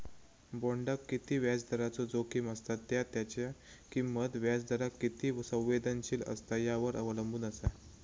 बॉण्डाक किती व्याजदराचो जोखीम असता त्या त्याची किंमत व्याजदराक किती संवेदनशील असता यावर अवलंबून असा